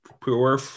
poor